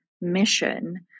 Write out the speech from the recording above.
mission